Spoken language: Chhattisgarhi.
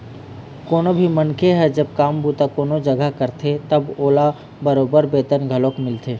कोनो भी मनखे ह जब काम बूता कोनो जघा करथे तब ओला बरोबर बेतन घलोक मिलथे